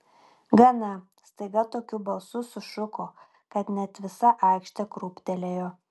gana staiga tokiu balsu sušuko kad net visa aikštė krūptelėjo